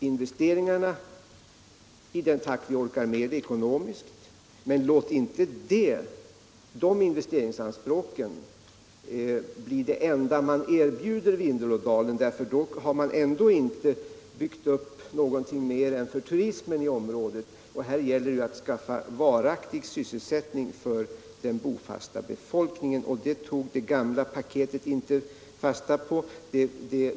investeringarna I den takt vi orkar med ekonomiskt, men låt inte de investeringsanspråken bli de enda man erbjuder Vindelådalen - då har man ändå bara byggt upp något för turismen i området, och här gäller det att skaffa varaktig sysselsättning för den bofasta befolkningen. Det tog, man med det gamla paketet inte fasta. på.